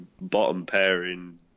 bottom-pairing